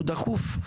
הוא דחוף,